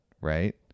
right